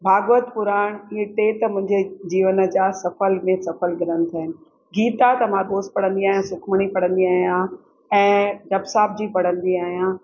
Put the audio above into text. भाॻवत पुराण इहे टे त मुंहिंजे जीवन जा सफल में सफलु ग्रंथ आहिनि गीता त मां रोज़ु पढ़ंदी आहियां सुखमनी पढ़ंदी आहियां ऐं जपुजी साहब जी पढ़ंदी आहियां